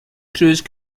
cruise